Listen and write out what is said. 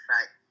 Right